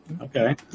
Okay